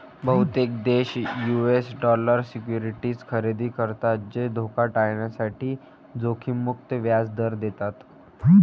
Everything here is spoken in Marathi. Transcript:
बहुतेक देश यू.एस डॉलर सिक्युरिटीज खरेदी करतात जे धोका टाळण्यासाठी जोखीम मुक्त व्याज दर देतात